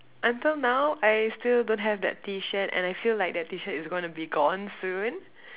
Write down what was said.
until now I still don't have that T-shirt and I feel like that T-shirt is gonna be gone soon